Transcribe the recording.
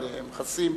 אבל הם חסים,